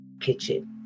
kitchen